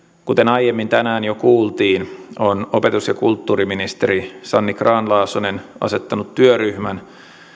kuten aiemmin tänään jo kuultiin on opetus ja kulttuuriministeri sanni grahn laasonen asettanut työryhmän